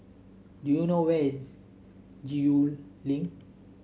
do you know where is Gul Link